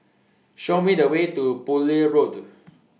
Show Me The Way to Poole Road